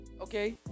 okay